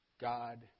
God